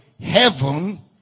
heaven